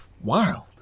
wild